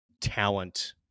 talent